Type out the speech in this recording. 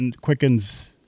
quickens